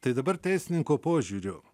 tai dabar teisininko požiūriu